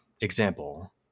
example